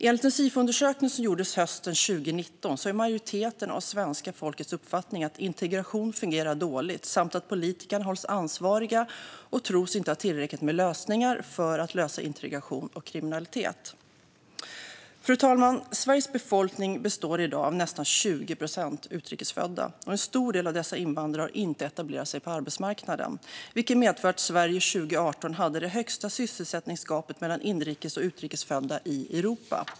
Enligt en Sifoundersökning som gjordes hösten 2019 är det en majoritet av svenska folket som har uppfattningen att integrationen fungerar dåligt. Politikerna hålls ansvariga och tros inte ha tillräckligt med lösningar för att hantera integration och kriminalitet. Fru talman! Sveriges befolkning består i dag av nästan 20 procent utrikes födda, och en stor del av dessa invandrare har inte etablerat sig på arbetsmarknaden, vilket medfört att Sverige 2018 hade det största sysselsättningsgapet mellan inrikes och utrikes födda i Europa.